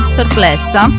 perplessa